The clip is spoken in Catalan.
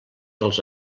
dels